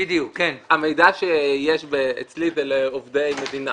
המידע שיש אצלי הוא לגבי עובדי מדינה.